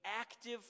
active